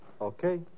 Okay